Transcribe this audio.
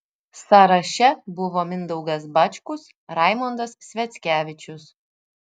sąraše buvo mindaugas bačkus raimondas sviackevičius